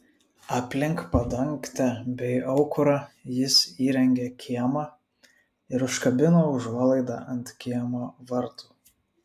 aplink padangtę bei aukurą jis įrengė kiemą ir užkabino užuolaidą ant kiemo vartų